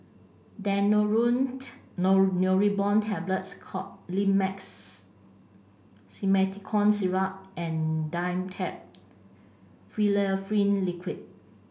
Daneuron Neurobion Tablets Colimix Simethicone Syrup and Dimetapp Phenylephrine Liquid